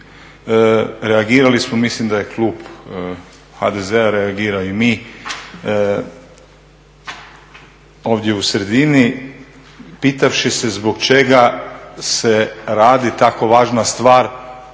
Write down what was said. reagirali smo. Mislim da je klub HDZ-a reagira i mi ovdje u sredini pitavši se zbog čega se radi tako važna stvar